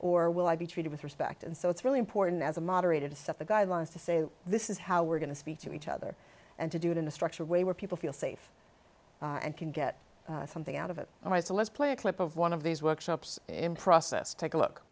or will i be treated with respect and so it's really important as a moderator to set the guidelines to say this is how we're going to speak to each other and to do it in a structured way where people feel safe and can get something out of it and i say let's play a clip of one of these workshops in process take a look